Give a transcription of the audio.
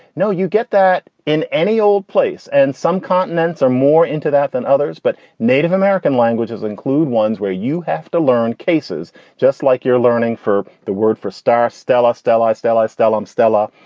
no, you get that in any old place. and some continents are more into that than others. but native american languages include ones where you have to learn cases just like you're learning for the word for star. stella. stella. stella. stella. stella.